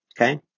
Okay